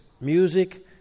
music